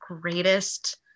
greatest